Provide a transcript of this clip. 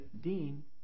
Dean